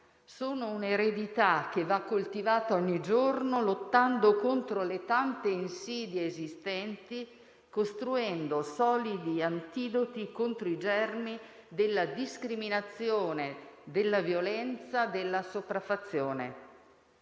sono un'eredità che va coltivata ogni giorno, lottando contro le tante insidie esistenti, costruendo solidi antidoti contro i germi della discriminazione, della violenza e della sopraffazione.